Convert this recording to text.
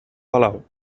palau